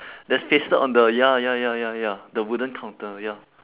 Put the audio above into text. that's pasted on the ya lah ya ya ya ya the wooden counter ya